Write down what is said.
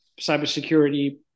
cybersecurity